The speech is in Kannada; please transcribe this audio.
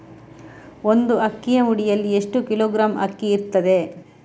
ಒಂದು ಅಕ್ಕಿಯ ಮುಡಿಯಲ್ಲಿ ಎಷ್ಟು ಕಿಲೋಗ್ರಾಂ ಅಕ್ಕಿ ಇರ್ತದೆ?